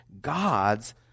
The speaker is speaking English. God's